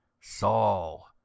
Saul